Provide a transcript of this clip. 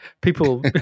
people